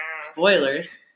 spoilers